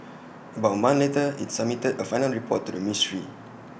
about A month later IT submitted A final report to the ministry